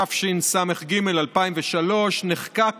תשס"ג 2003, נחקק